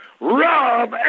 Rob